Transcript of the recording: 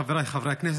חבריי חברי הכנסת,